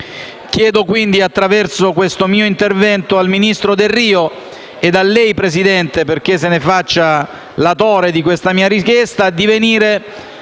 Chiedo quindi, attraverso questo mio intervento, al ministro Delrio e a lei, Presidente, perché si faccia latore di questa mia richiesta, di venire